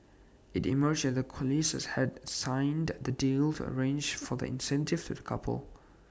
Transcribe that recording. IT emerged that colliers had signed that the deal arrange for the incentive to the couple